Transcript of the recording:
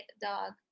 dog